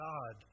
God